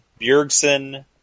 Bjergsen